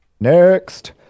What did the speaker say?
next